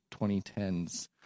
2010s